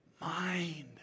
mind